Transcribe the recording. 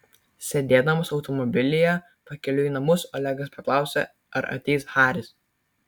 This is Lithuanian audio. sėdėdamas automobilyje pakeliui į namus olegas paklausė ar ateis haris